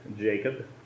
Jacob